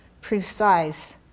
precise